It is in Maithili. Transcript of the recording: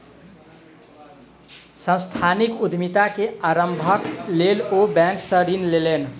सांस्थानिक उद्यमिता के आरम्भक लेल ओ बैंक सॅ ऋण लेलैन